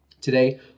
Today